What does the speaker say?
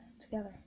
together